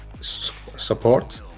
support